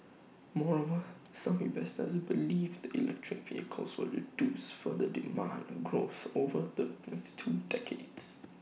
moreover some investors believe that electric vehicles will reduce for the demand growth over the next two decades